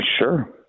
Sure